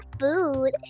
food